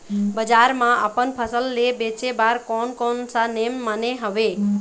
बजार मा अपन फसल ले बेचे बार कोन कौन सा नेम माने हवे?